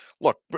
Look